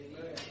Amen